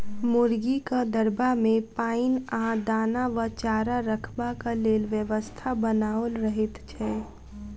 मुर्गीक दरबा मे पाइन आ दाना वा चारा रखबाक लेल व्यवस्था बनाओल रहैत छै